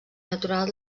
natural